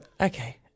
Okay